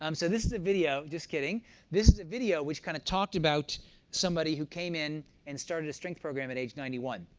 um so this is a video just kidding this is a video which kind of talked about somebody who came in and started a strength program at age ninety one.